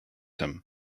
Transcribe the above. him